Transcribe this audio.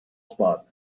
spot